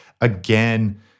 again